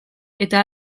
eta